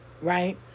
right